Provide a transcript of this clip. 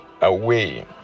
away